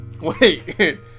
Wait